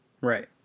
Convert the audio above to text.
Right